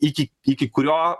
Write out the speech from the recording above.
iki iki kurio